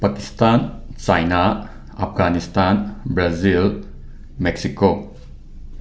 Pakistan China Afghanistan Brazil Mexico